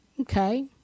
Okay